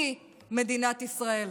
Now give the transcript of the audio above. היא מדינת ישראל.